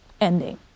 Ending